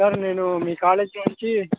sir నేను మీ college నుంచి